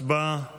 הצבעה כעת.